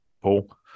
paul